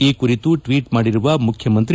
ಈ ಕುರಿತು ಟ್ವೀಟ್ ಮಾಡಿರುವ ಮುಖ್ಕಮಂತ್ರಿ